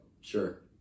Sure